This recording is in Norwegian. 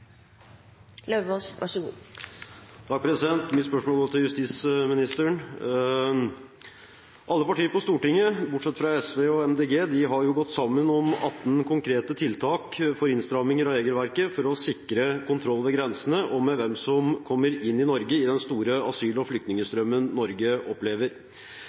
Mitt spørsmål går til justisministeren. Alle partier på Stortinget, bortsett fra SV og MDG, har gått sammen om 18 konkrete tiltak for innstramming i regelverket for å sikre kontroll ved grensene og med hvem som kommer inn i Norge i den store asyl- og flyktningstrømmen Norge opplever.